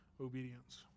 obedience